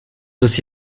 aussi